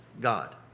God